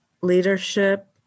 leadership